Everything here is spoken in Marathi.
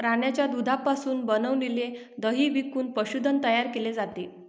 प्राण्यांच्या दुधापासून बनविलेले दही विकून पशुधन तयार केले जाते